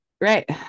Right